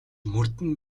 мөрдөн